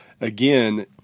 again